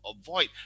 avoid